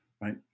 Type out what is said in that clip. Right